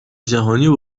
جهانیو